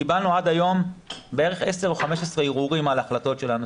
קיבלנו עד היום כ-10 או 15 ערעורים על ההחלטות שלנו.